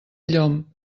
llom